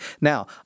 Now